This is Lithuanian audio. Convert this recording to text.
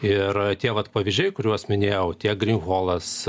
ir tie vat pavyzdžiai kuriuos minėjau tiek grinholas